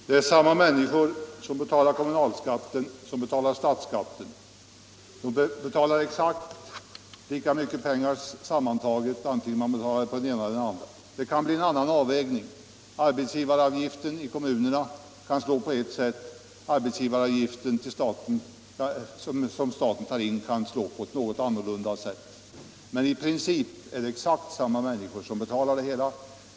Herr talman! Samma människor som betalar kommunalskatt betalar också statsskatten. De betalar exakt lika mycket pengar sammantaget antingen de betalar dem i den ena eller den andra formen. Det kan bli en annan avvägning — arbetsgivaravgiften i kommunerna kan slå på ett sätt, den arbetsgivaravgift som staten tar in kan slå på ett något annorlunda sätt — men i princip är det samma människor som betalar det hela.